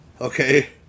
Okay